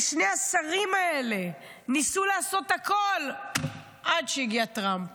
שני השרים האלה ניסו לעשות הכול, עד שהגיע טראמפ